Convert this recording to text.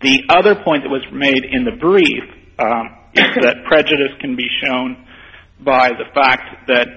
the other point that was made in the brief that prejudice can be shown by the fact that